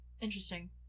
interesting